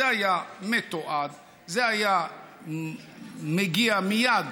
זה היה מתועד, זה היה מגיע מייד